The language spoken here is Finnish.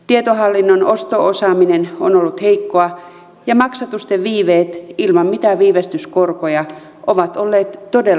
tietohallinnon osto osaaminen on ollut heikkoa ja maksatusten viiveet ilman mitään viivästyskorkoja ovat olleet todella kohtuuttomia